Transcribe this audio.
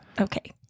Okay